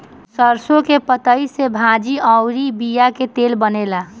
सरसों के पतइ से भाजी अउरी बिया के तेल बनेला